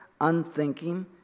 unthinking